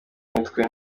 mutwe